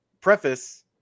preface